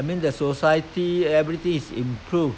I mean the society everything is improved